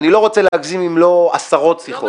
אני לא רוצה להגזים, אם לא עשרות שיחות.